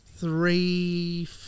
three